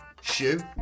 Shoe